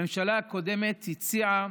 הממשלה הקודמת השקיעה